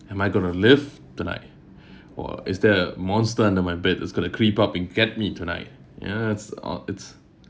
am I going to live tonight or is there a monster under my bed that's going to creep up and get me tonight ya it's all it's~